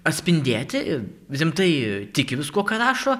atspindėti rimtai tiki viskuo ką rašo